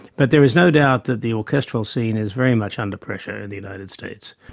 but there is no doubt that the orchestral scene is very much under pressure in the united states,